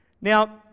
Now